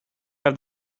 have